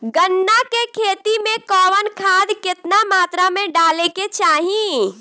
गन्ना के खेती में कवन खाद केतना मात्रा में डाले के चाही?